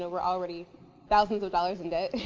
ah we're already thousands of dollars in debt.